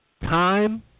time